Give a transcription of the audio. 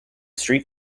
street